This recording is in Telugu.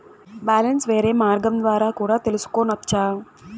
బ్యాలెన్స్ వేరే మార్గం ద్వారా కూడా తెలుసుకొనొచ్చా?